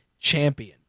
champion